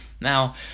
Now